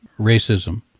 racism